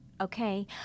okay